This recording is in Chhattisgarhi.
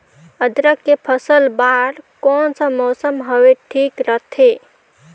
अदरक के फसल बार कोन सा मौसम हवे ठीक रथे?